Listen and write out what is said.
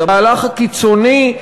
המהלך הקיצוני,